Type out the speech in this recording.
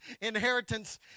inheritance